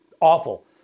awful